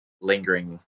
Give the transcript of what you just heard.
lingering